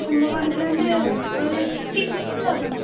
கும்பகோணத்துலேருந்து ஒரு ஃபிஃப்ட்டி மினிட்ஸில் வந்துடலாம்